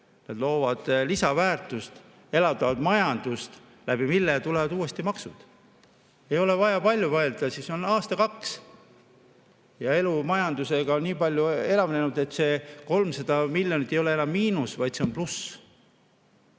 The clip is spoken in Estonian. Nad loovad lisaväärtust ja elavdavad majandust, mille kaudu tulevad uuesti maksud. Ei ole vaja palju mõelda, see on aasta-kaks, kui majanduselu on nii palju elavnenud, et see 300 miljonit ei ole enam miinus, vaid on pluss.